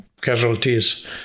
casualties